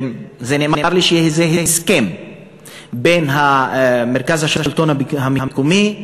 נאמר לי שזה הסכם בין מרכז השלטון המקומי,